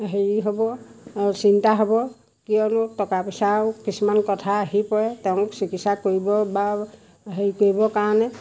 হেৰি হ'ব ও চিন্তা হ'ব কিয়নো টকা পইচাৰো কিছুমান কথা আহি পৰে তেওঁক চিকিৎসা কৰিব বা হেৰি কৰিবৰ কাৰণে